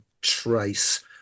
trace